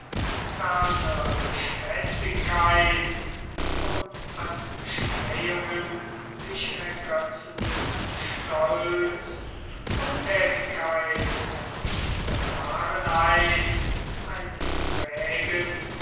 geschwätzigkeit und an schmähungen sich ergötzenden stolz unthätigkeit und zerfahrenheit eines trägen